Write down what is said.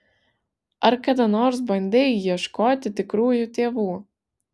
ar kada nors bandei ieškoti tikrųjų tėvų